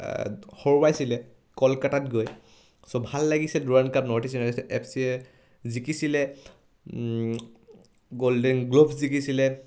হৰুৱাইছিলে কলকাতাত গৈ চ' ভাল লাগিছিল Durand cup North East United F চিয়ে জিকিছিলে গ'ল্ডেন গ্লোভছ জিকিছিলে